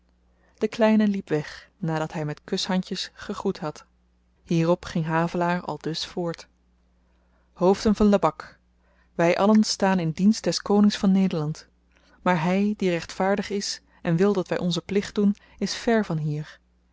de kleine liep weg nadat hy met kushandjes gegroet had hierop ging havelaar aldus voort hoofden van lebak wy allen staan in dienst des konings van nederland maar hy die rechtvaardig is en wil dat wy onzen plicht doen is vèr van hier